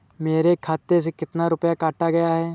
मेरे खाते से कितना रुपया काटा गया है?